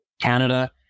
Canada